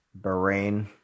Bahrain